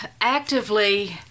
actively